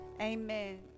Amen